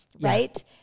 right